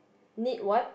need what